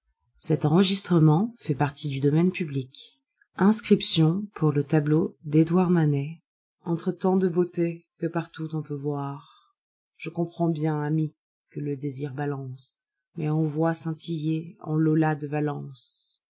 inscription pour le tablead d edouard manet entre tant de beautés que partout on peut voir je comprends bien amis que le désir balance mais on voit scintiller en lola de valencele